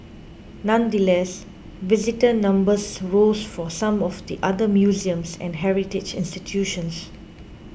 nonetheless visitor numbers rose for some of the other museums and heritage institutions